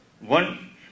One